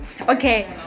okay